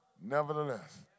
nevertheless